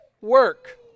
work